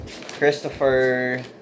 Christopher